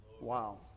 Wow